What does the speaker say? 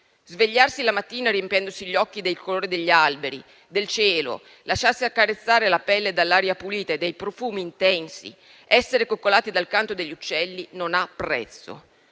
Svegliarsi la mattina riempiendosi gli occhi del colore degli alberi e del cielo, lasciarsi accarezzare la pelle dall'aria pulita e dai profumi intensi ed essere coccolati dal canto degli uccelli non ha prezzo: